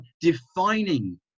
defining